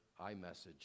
iMessage